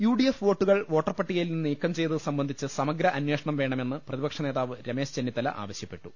UDF വോട്ടുകൾ വോട്ടർപട്ടികയിൽ നിന്ന് നീക്കം ചെയ്തത് സംബന്ധിച്ച് സമഗ്ര അന്വേഷണം വേണമെന്ന് പ്രതിപ ക്ഷനേതാവ് രമേശ് ചെന്നിത്തല ആവശ്യപ്പെട്ടു